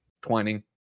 twining